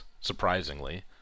surprisingly